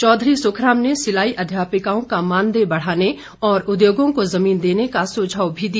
चौधरी सुखराम ने सिलाई अध्यापिकाओं का मानदेय बढ़ाने और उद्योगों को जमीन देने का सुझाव भी दिया